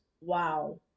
wow